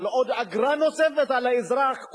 על אגרה נוספת על האזרח.